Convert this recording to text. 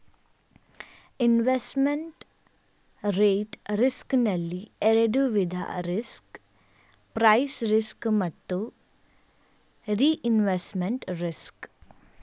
investment rate risk ನಲ್ಲಿ ಎರಡು ವಿಧ ರಿಸ್ಕ್ ಪ್ರೈಸ್ ರಿಸ್ಕ್ ಮತ್ತು ರಿಇನ್ವೆಸ್ಟ್ಮೆಂಟ್ ರಿಸ್ಕ್